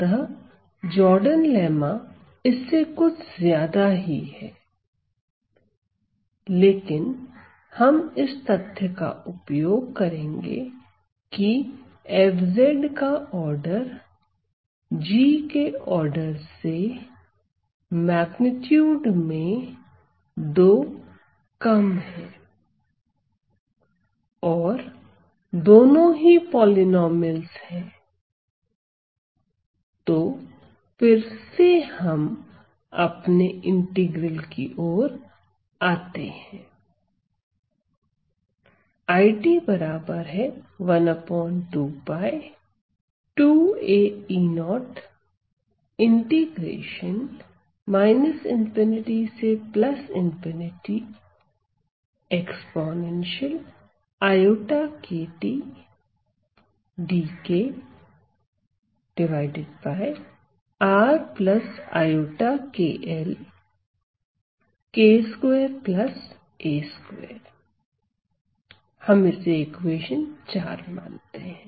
अतः Jordan lemma इससे कुछ ज्यादा ही है लेकिन हम इस तथ्य का उपयोग करेंगे की F का आर्डर G के आर्डर से मेग्नीट्यूड में 2 कम है और दोनों ही पॉलिनॉमियल्स है तो फिर से हम अपने इंटीग्रल की ओर आते हैं मान लीजिए कि यह हमारी इक्वेशन है